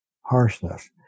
harshness